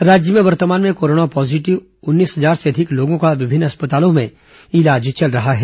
राज्य में वर्तमान में कोरोना पॉजीटिव उन्नीस हजार से अधिक लोगों का विभिन्न अस्पतालों में इलाज चल रहा है